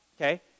okay